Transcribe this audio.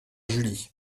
julie